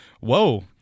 whoa